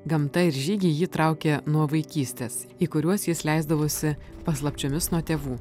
gamta ir žygiai jį traukė nuo vaikystės į kuriuos jis leisdavosi paslapčiomis nuo tėvų